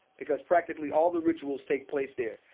because practically all the rituals take place there,